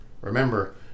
Remember